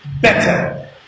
better